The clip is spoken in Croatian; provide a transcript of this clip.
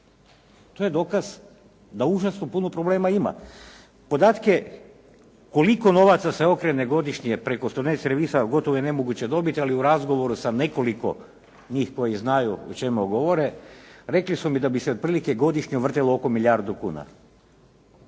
To je dokaz da užasno puno problema ima. Podatke koliko novaca se okrene godišnje preko student servisa gotovo je nemoguće dobiti ali u razgovoru sa nekoliko njih koji znaju o čemu govore rekli su mi da bi se otprilike godišnje vrtilo oko milijardu kuna,